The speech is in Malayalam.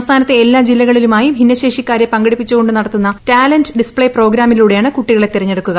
സംസ്ഥാനത്തെ എല്ലാ ജില്ലകളിലുമായി ഭിന്നശേഷിക്കാരെ പങ്കെടുപ്പിച്ചുകൊണ്ട് നടത്തുന്ന ടാലന്റ് ഡിസ്പ്പേ പ്രോഗ്രാമിലൂടെയാണ് കുട്ടികളെ തിരഞ്ഞെടുക്കുക